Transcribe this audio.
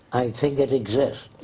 i think it exists.